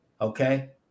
Okay